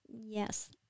Yes